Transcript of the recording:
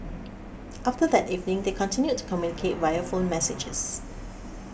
after that evening they continued to communicate via phone messages